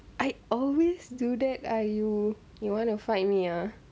I always do that ah you you wanna fight me ah